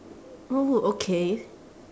oh okay